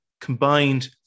combined